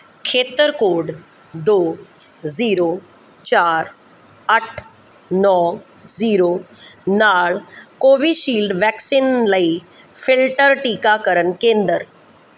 ਖੇਤਰ ਕੋਡ ਦੋ ਜ਼ੀਰੋ ਚਾਰ ਅੱਠ ਨੋਂ ਜ਼ੀਰੋ ਨਾਲ ਕੋਵਿਸ਼ਿਲਡ ਵੈਕਸੀਨ ਲਈ ਫਿਲਟਰ ਟੀਕਾਕਰਨ ਕੇਂਦਰ